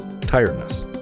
tiredness